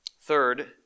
Third